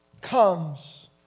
comes